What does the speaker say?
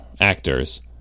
actors